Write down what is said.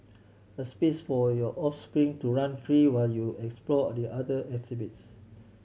a space for your offspring to run free while you explore the other exhibits